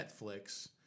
Netflix